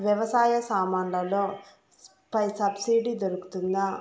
వ్యవసాయ సామాన్లలో పై సబ్సిడి దొరుకుతుందా?